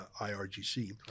IRGC